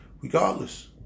Regardless